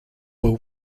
were